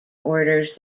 orders